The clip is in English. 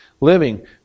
Living